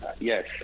Yes